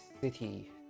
city